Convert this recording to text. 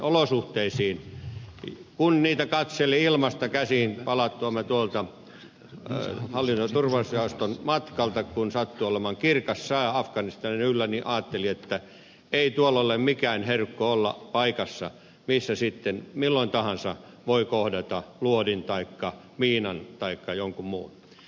kun olosuhteita katseli ilmasta käsin palatessamme tuolta hallinto ja turvallisuusjaoston matkalta kun sattui olemaan kirkas sää afganistanin yllä niin ajattelin että ei tuolla ole mikään herkku olla paikassa missä sitten milloin tahansa voi kohdata luodin taikka miinan taikka jonkun muun